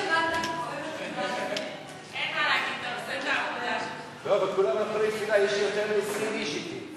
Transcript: ההסתייגות של חבר הכנסת נסים זאב לסעיף 2 לא נתקבלה.